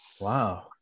Wow